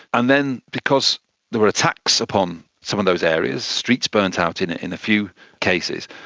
and then because there were attacks upon some of those areas, streets burned out in in a few cases,